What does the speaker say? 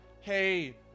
Hey